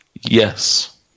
Yes